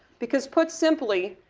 because put simply,